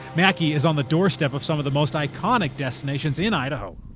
mackay is on the doorstep of some of the most iconic destinations in idaho.